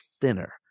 thinner